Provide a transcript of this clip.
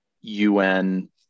UN